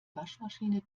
waschmaschine